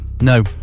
No